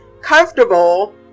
comfortable